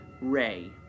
ray